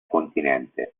continente